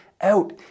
Out